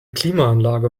klimaanlage